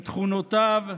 בתכונותיו,